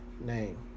name